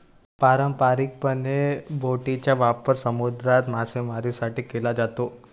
पारंपारिकपणे, बोटींचा वापर समुद्रात मासेमारीसाठी केला जातो